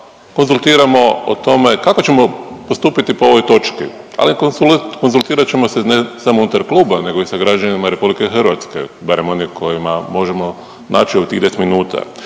konzultiramo o tome kako ćemo postupiti po ovoj točki, ali i konzultirat ćemo se ne samo unutar kluba nego i sa građanima Republike Hrvatske barem oni kojima možemo naći u tih 10 minuta.